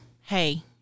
hey